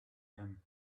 him